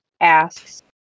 asks